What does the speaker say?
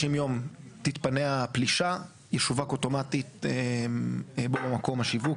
ימים תתפנה הפלישה ישווק אוטומטית בו במקום השיווק,